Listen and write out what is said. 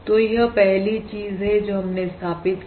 तो यह पहली चीज है जो हमने स्थापित की